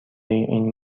این